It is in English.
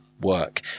work